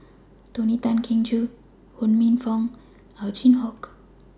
Tony Tan Keng Joo Ho Minfong and Ow Chin Hock